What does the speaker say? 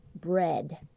bread